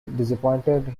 disappointed